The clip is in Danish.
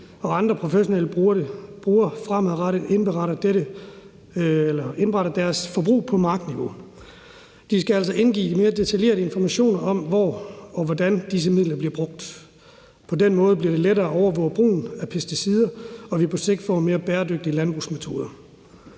andre professionelle brugere fremadrettet indberetter deres forbrug på markniveau. De skal altså indgive mere detaljeret information om, hvor og hvordan disse midler bliver brugt. På den måde bliver det lettere at overvåge brugen af pesticider, og på sigt vil vi få mere bæredygtige landbrugsmetoder.